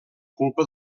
culpa